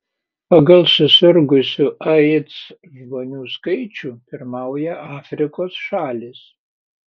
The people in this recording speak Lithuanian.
pagal susirgusių aids žmonių skaičių pirmauja afrikos šalys